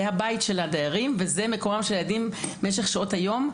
זה הבית של הדיירים וזה מקומם של הילדים במשך שעות היום,